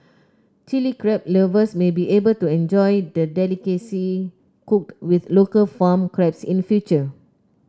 Chilli Crab lovers may be able to enjoy the delicacy cooked with local farmed crabs in future